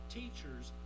teachers